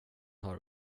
har